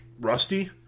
rusty